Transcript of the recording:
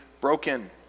broken